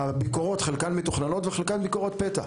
הביקורות, חלקן מתוכננות וחלקן ביקורות פתע.